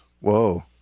Whoa